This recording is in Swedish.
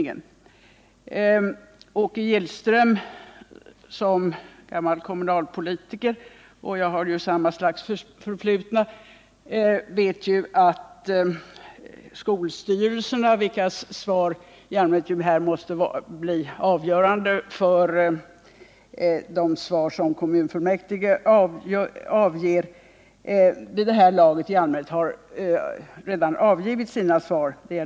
Både Åke Gillström och jag är gamla kommunalpolitiker och vi vet att skolstyrelserna, vilkas svar i allmänhet måste bli avgörande för de svar som kommunfullmäktige avger, vid det här laget i allmänhet redan lämnat sina yttranden.